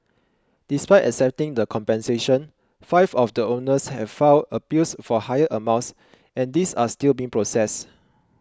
despite accepting the compensation five of the owners have filed appeals for higher amounts and these are still being processed